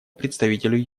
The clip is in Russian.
представителю